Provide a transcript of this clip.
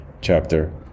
chapter